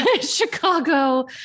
Chicago